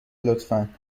لطفا